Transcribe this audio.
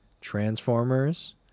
transformers